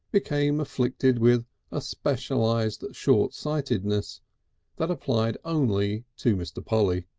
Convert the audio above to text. became afflicted with a specialised shortsightedness that applied only to mr. polly.